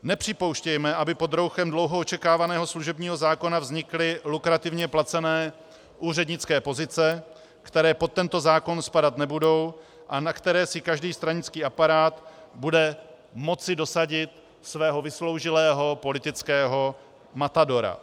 Nepřipouštějme, aby pod rouchem dlouho očekávaného služebního zákona vznikly lukrativně placené úřednické pozice, které pod tento zákon spadat nebudou a na které si každý stranický aparát bude moci dosadit svého vysloužilého politického matadora.